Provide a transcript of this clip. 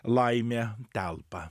laimė telpa